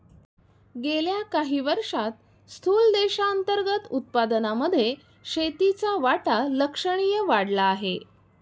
गेल्या काही वर्षांत स्थूल देशांतर्गत उत्पादनामध्ये शेतीचा वाटा लक्षणीय वाढला आहे